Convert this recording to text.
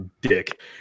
dick